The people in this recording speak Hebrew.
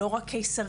לא רק קיסרי,